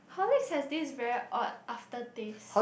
Horlicks has this very odd after taste